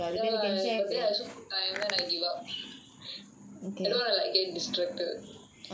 ya lah but then I also no time then I give up I don't want to like get distracted